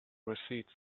receipts